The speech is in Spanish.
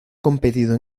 competido